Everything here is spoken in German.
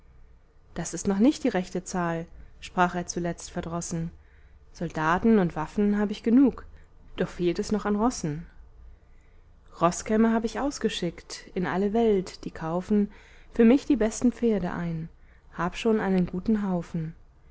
das ist noch nicht die rechte zahl sprach er zuletzt verdrossen soldaten und waffen hab ich genung doch fehlt es noch an rossen roßkämme hab ich ausgeschickt in alle welt die kaufen für mich die besten pferde ein hab schon einen guten haufen